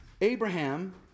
Abraham